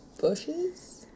bushes